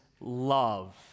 love